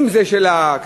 אם זה של הכנסת,